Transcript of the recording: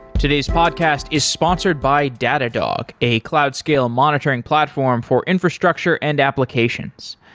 today's podcast is sponsored by datadog, a cloud scale monitoring platform for infrastructure and applications.